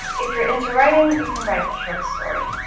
if you're into writing you can write a short story.